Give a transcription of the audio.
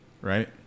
right